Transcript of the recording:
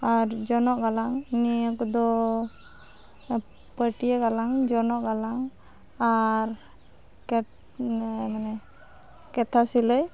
ᱟᱨ ᱡᱚᱱᱚᱜ ᱜᱟᱞᱟᱝ ᱱᱤᱭᱟᱹᱠᱚᱫᱚ ᱯᱟᱹᱴᱭᱟᱹ ᱜᱟᱞᱟᱝ ᱡᱚᱱᱚᱜ ᱜᱟᱞᱟᱝ ᱟᱨ ᱢᱟᱱᱮ ᱠᱮᱛᱷᱟ ᱥᱤᱞᱟᱹᱭ